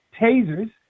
tasers